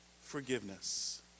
forgiveness